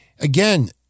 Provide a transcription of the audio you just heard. Again